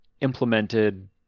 implemented